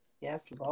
Yes